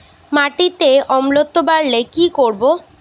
মাটিতে অম্লত্ব বাড়লে কি করব?